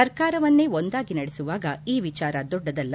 ಸರ್ಕಾರವನ್ನೇ ಒಂದಾಗಿ ನಡೆಸುವಾಗ ಈ ವಿಚಾರ ದೊಡ್ಡದಲ್ಲ